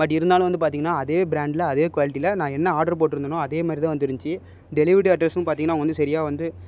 but இருந்தாலும் வந்து பார்த்திங்கனா அதே பிராண்டில் அதே குவாலிட்டியில் நான் என்ன ஆர்டர் போட்டிருந்தனோ அதே மாதிரி தான் வந்து இருந்துச்சு டெலிவரி அட்ரெஸும் பார்த்திங்கனா அவங்க வந்து சரியா வந்து